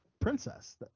princess